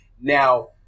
Now